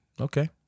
Okay